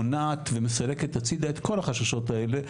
מונעת ומסלקת הצידה את כל החששות האלה,